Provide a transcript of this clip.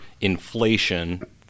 inflation